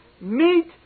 meet